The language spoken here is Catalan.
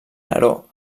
neró